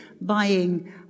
buying